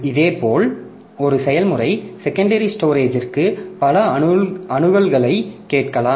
இதேபோல் ஒரு செயல்முறை செகண்டரி ஸ்டோரேஜிற்கு பல அணுகல்களைக் கேட்கலாம்